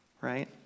right